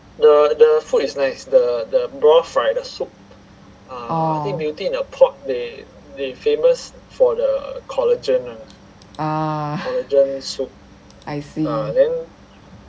oh ah I see